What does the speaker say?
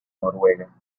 noruega